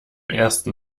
ersten